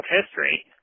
history